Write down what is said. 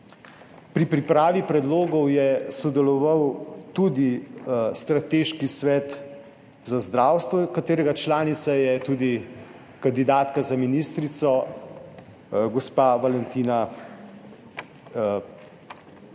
Pri pripravi predlogov je sodeloval tudi strateški svet za zdravstvo, katerega članica je tudi kandidatka za ministrico, gospa Valentina Rupel.